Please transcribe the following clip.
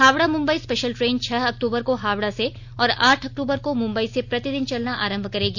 Howrah Mumbai special train छह अक्तूबर को हावड़ा से और आठ अक्तूबर को मुम्बई से प्रतिदिन चलना आरंभ करेंगी